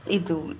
ಇದು